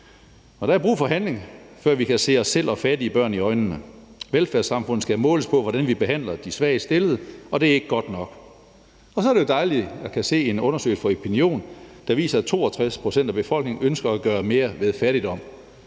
Der er brug for handling, før vi kan se os selv og fattige børn i øjnene. Velfærdssamfundet skal måles på, hvordan vi behandler de svagest stillede, og det er ikke godt nok. Så er det jo dejligt at kunne se undersøgelse fra Epinion, der viser, at 62 pct. af befolkningen ønsker at gøre mere ved fattigdom.